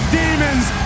demons